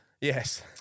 Yes